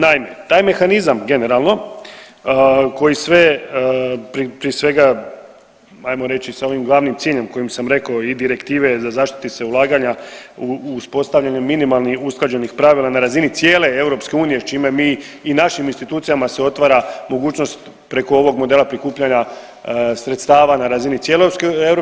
Naime, taj mehanizam generalno koji sve, prije svega ajmo reći sa ovim glavnim ciljem kojim sam rekao i direktive za zaštiti se ulaganja uspostavljenjem minimalnih usklađenih pravila na razini cijele EU čime mi i našim institucijama se otvara mogućnost preko ovog modela prikupljanja sredstava na razini cijele EU